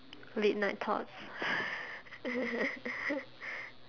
late night thoughts